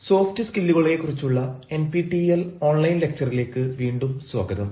soft സ്കില്ലുകളെക്കുറിച്ചുള്ള N P T E L online ലക്ച്ചറിലേക്ക് വീണ്ടും സ്വാഗതം